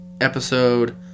episode